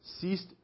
ceased